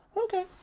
Okay